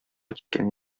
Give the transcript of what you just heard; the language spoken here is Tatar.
киткән